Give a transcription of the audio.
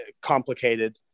complicated